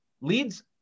leads